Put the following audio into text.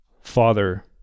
Father